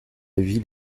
ville